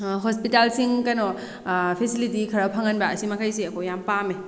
ꯍꯣꯏꯄꯤꯇꯥꯜꯁꯤꯡ ꯀꯩꯅꯣ ꯐꯦꯁꯤꯂꯤꯇꯤ ꯈꯔ ꯐꯪꯍꯟꯕ ꯑꯁꯤ ꯃꯈꯩꯁꯦ ꯑꯩꯈꯣꯏ ꯌꯥꯝ ꯄꯥꯝꯃꯦ